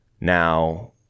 now